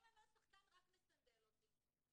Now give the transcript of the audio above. כל הנוסח כאן רק מסנדל אותי.